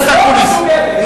איפה היא?